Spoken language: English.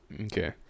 Okay